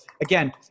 again